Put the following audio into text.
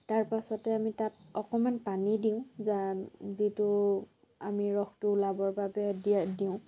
তাৰ পাছতে আমি তাত অকণমান পানী দিওঁ যান যিটো আমি ৰসটো ওলাবৰ বাবে দিয়া দিওঁ